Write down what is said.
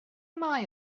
mae